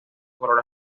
color